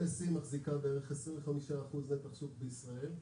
MSE מחזיקה בערך 25% נתח שוק בישראל.